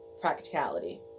practicality